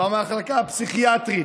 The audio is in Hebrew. במחלקה הפסיכיאטרית.